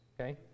Okay